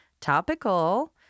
Topical